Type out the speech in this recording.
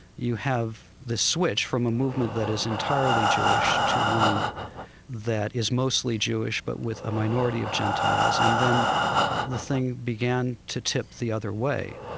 you have this switch from a movement that is entirely jewish to one that is mostly jewish but with a minority of gentiles. and then the thing began to tip the other way.